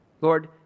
Lord